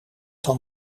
van